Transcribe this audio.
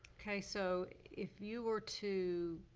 okay, so if you were to,